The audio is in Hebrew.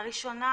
הראשונה